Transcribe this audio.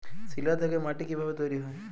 শিলা থেকে মাটি কিভাবে তৈরী হয়?